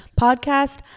podcast